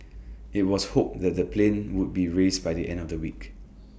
IT was hoped that the plane would be raised by the end of the week